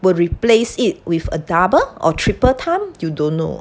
will replace it with a double or triple time you don't know